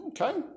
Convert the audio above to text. Okay